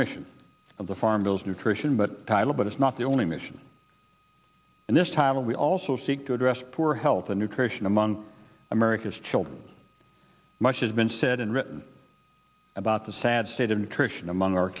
mission of the farm bill is nutrition but title but it's not the only mission and this title we also seek to address poor health and nutrition among america's children much has been said and written about the sad state of nutrition among our